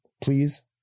Please